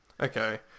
Okay